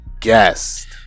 guest